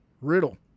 Riddle